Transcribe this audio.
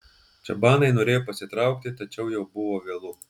čabanai norėjo pasitraukti tačiau jau buvo vėlu